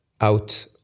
out